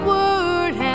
Word